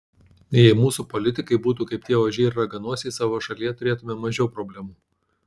jei mūsų politikai būtų kaip tie ožiai ir raganosiai savo šalyje turėtumėme mažiau problemų